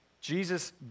Jesus